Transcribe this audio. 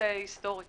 היסטורית